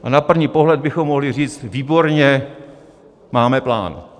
A na první pohled bychom mohli říct výborně, máme plán.